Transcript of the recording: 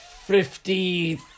Fifty